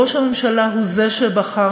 ראש הממשלה הוא זה שבחר,